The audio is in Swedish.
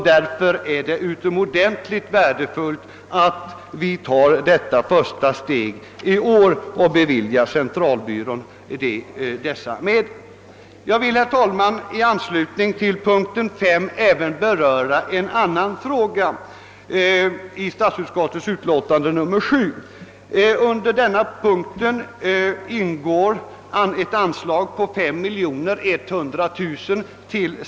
Därför är det utomordentligt värdefullt att vi tar detta första steg i år och anvisar medel till statistiska centralbyrån. Jag vill, herr talman, i anslutning till punkten 5 även beröra en annan fråga. Under denna punkt föreslås att riksdagen till Särskilda undersökningar anvisar 5100 000 kronor.